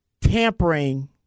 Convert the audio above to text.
tampering